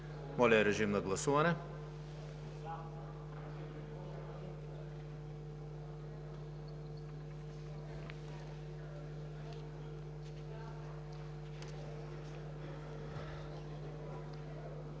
Моля, режим на гласуване.